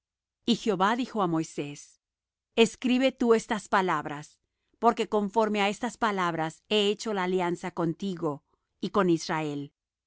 y jehová dijo á moisés escribe tú estas palabras porque conforme á estas palabras he hecho la alianza contigo y con israel